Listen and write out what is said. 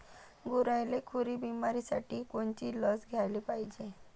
गुरांइले खुरी बिमारीसाठी कोनची लस द्याले पायजे?